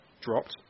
dropped